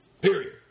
period